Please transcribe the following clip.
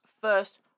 first